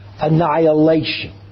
annihilation